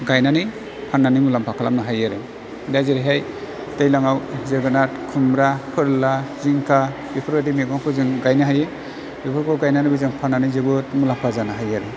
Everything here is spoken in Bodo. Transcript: गायनानै फाननानै मुलाम्फा खालामनो हायो आरो दा जेरैहाइ दैलाङाव जोगोनार खुमरा फोरला जिंखा बेफोरबायदि मैगंखौ जों गायनो हायो बेफोरखौ गायनानैबो जों फाननानै जोबोर मुलाम्फा जानो हायो आरो